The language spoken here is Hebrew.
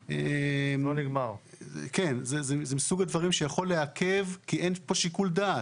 זה מסוג הדברים שיכול לעכב כי אין פה שיקול דעת.